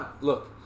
look